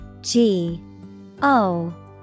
G-O